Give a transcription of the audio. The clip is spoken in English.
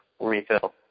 refill